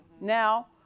Now